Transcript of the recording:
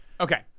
Okay